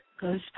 goes